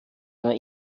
einer